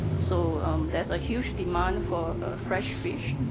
so there's a huge demand for fresh fish,